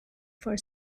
for